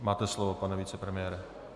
Máte slovo, pane vicepremiére.